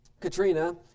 Katrina